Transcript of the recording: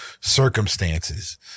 circumstances